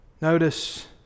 Notice